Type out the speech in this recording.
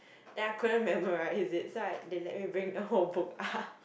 then I couldn't memorise it so I they let me bring the whole book up